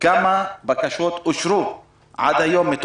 כמה בקשות אושרו עד היום?